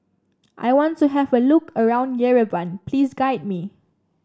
I want to have a look around Yerevan please guide me